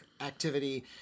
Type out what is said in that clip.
activity